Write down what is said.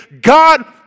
God